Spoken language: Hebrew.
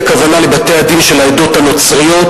הכוונה לבתי-הדין של העדות הנוצריות,